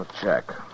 check